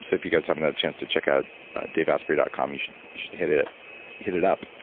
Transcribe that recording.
so if you guys haven't had a chance to check out daveasprey dot com, you should should hit it hit it up.